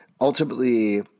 ultimately